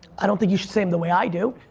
i don't think you should say em the way i do